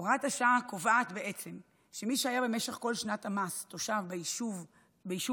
הוראת השעה קובעת בעצם שמי שהיה במשך כל שנת המס תושב ביישוב מוטב,